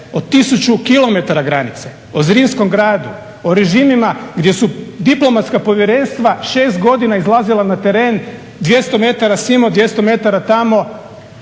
o 1000 km granice, o Zrinskom gradu, o režimima gdje su diplomatska povjerenstva 6 godina izlazila na teren 200 m simo, 200 m tamo